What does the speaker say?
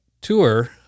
tour